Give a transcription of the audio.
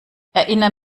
erinner